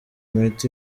miti